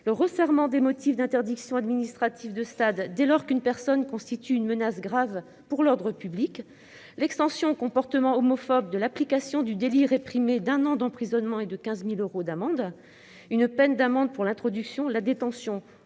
au resserrement des motifs d'interdiction administrative de stade dès lors qu'une personne constitue une menace grave pour l'ordre public, ou à l'extension aux comportements homophobes de la définition du délit réprimé d'un an d'emprisonnement et de 15 000 euros d'amende. Ils tendent également à instaurer une peine d'amende pour l'introduction, la détention